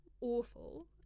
awful